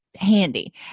handy